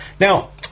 now